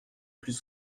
plus